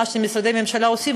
מה שמשרדי ממשלה עושים,